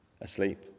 asleep